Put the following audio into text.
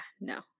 no